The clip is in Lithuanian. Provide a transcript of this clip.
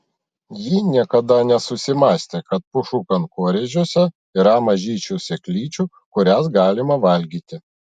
ji niekada nesusimąstė kad pušų kankorėžiuose yra mažyčių sėklyčių kurias galima valgyti